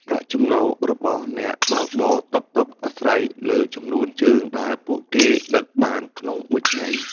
ប្រាក់ចំណូលរបស់អ្នកបើកបរតុកតុក អាស្រ័យលើចំនួនជើងដែលពួកគេដឹកបានក្នុងមួយថ្ងៃ។